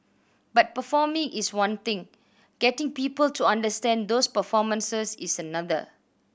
but performing is one thing getting people to understand those performances is another